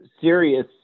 serious